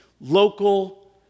local